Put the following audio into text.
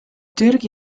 türgi